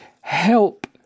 help